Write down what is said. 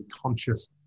conscious